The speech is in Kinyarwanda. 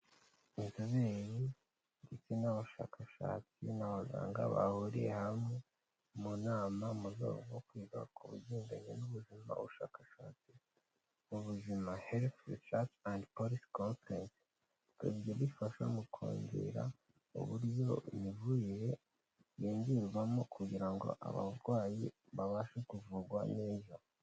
Inzobere ndetse n'abashakashatsi n'abaganga bahuriye hamwe mu nama.